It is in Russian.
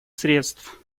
средств